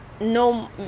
no